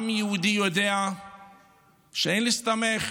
העם היהודי יודע שאין להסתמך